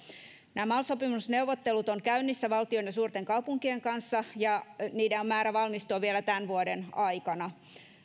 nämä mal sopimusneuvottelut ovat käynnissä valtion ja suurten kaupunkien kanssa ja niiden on määrä valmistua vielä tämän vuoden aikana